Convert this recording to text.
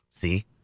See